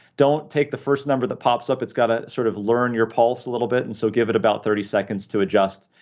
don't take the first number that pops up. it's got to sort of learn your pulse a little bit, and so give it about thirty seconds to adjust,